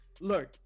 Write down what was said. Look